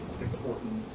important